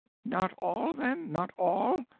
not all, then, not all!